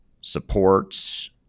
supports